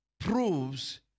proves